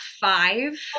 five